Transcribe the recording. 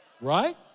Right